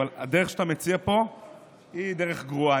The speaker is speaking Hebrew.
אבל הדרך שאתה מציע פה היא דרך גרועה.